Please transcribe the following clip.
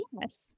Yes